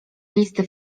listy